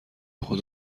خود